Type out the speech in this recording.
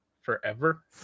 Forever